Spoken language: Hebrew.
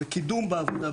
בקידום בעבודה,